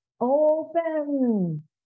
open